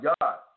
God